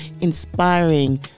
Inspiring